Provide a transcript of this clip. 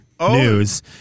News